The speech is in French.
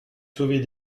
sauver